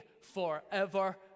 forever